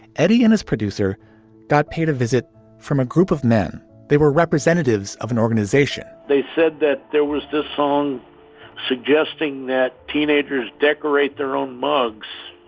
eddie and his producer got paid a visit from a group of men they were representatives of an organization they said that there was this song suggesting that teenagers decorate their own mugs.